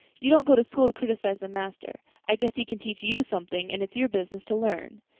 you don't go to school to criticize the master. i guess he can teach you something, and it's your business to learn.